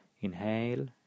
Inhale